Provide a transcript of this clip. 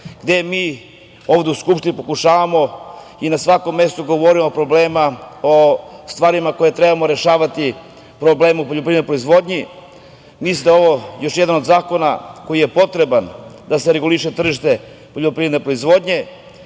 Mi ovde u Skupštini pokušavamo i na svakom mestu govorimo o problemima, o stvarima koje moramo rešavati u poljoprivrednoj proizvodnji. Mislim da je ovo još jedan od zakona koji je potreban da se reguliše tržište poljoprivredne proizvodnje,